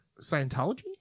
Scientology